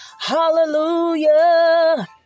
Hallelujah